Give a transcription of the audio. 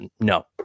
No